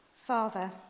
Father